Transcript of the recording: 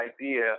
idea